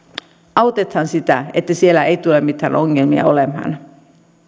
autetaan sitä että siellä ei tule mitään ongelmia olemaan